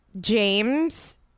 James